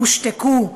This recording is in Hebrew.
הושתקו.